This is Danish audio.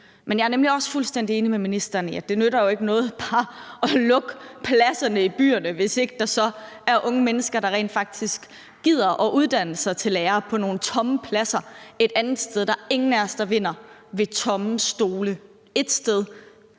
men jeg er også fuldstændig enig med ministeren i, at det jo ikke nytter noget bare at lukke pladserne i byerne, hvis ikke der så er unge mennesker, der rent faktisk gider at uddanne sig til lærer på nogle tomme pladser et andet sted. Der er ingen af os, der vinder ved tomme stole et sted,